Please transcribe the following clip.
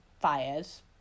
fires